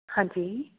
ਹਾਂਜੀ